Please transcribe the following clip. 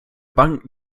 bank